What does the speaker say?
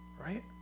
Right